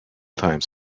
times